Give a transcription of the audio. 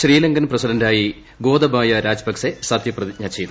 ശ്രീലങ്കൻ പ്രസിഡന്റായി ഗോദബായ രാജപക്സെ സത്യപ്രതിജ്ഞ ചെയ്തു